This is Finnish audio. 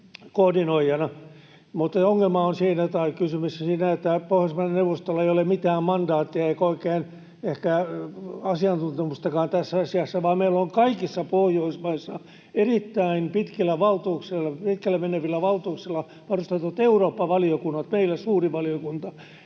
koordinoijana. Mutta kysymys on siinä, että Pohjoismaiden neuvostolla ei ole mitään mandaattia eikä oikein ehkä asiantuntemustakaan tässä asiassa, vaan meillä on kaikissa Pohjoismaissa erittäin pitkälle menevillä valtuuksilla varustautuneet Eurooppa-valiokunnat, meillä suuri valiokunta.